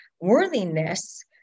worthiness